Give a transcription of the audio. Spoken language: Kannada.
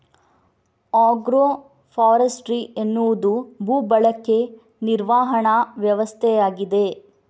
ಆಗ್ರೋ ಫಾರೆಸ್ಟ್ರಿ ಎನ್ನುವುದು ಭೂ ಬಳಕೆ ನಿರ್ವಹಣಾ ವ್ಯವಸ್ಥೆಯಾಗಿದೆ